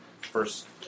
first